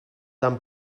tan